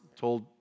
told